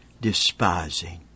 despising